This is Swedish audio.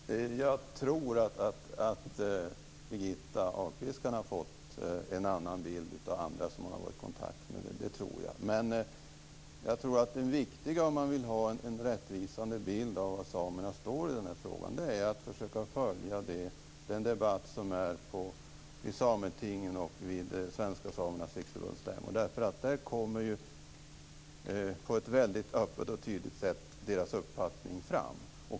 Fru talman! Jag tror att Birgitta Ahlqvist kan ha fått en annan bild av dem som hon har varit i kontakt med. Det tror jag. Det viktiga om man vill ha en rättvisande bild av var samerna står i den här frågan är att försöka följa den debatt som är på Sametingen och Där kommer på ett väldigt öppet och tydligt sätt deras uppfattning fram.